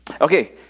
Okay